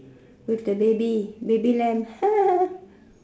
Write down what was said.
with the baby baby lamb